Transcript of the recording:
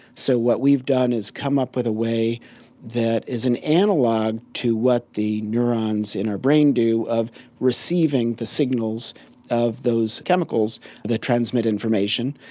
so what we've done is come up with a way that is an analogue to what the neurons in our brain do of receiving the signals of those chemicals that transmit information.